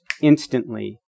instantly